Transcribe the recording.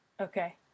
Okay